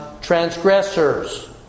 transgressors